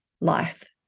life